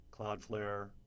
Cloudflare